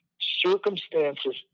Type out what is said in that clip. Circumstances